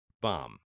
bomb